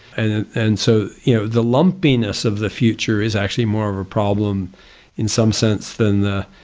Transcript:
and and so you know, the lumpiness of the future is actually more of a problem in some sense than the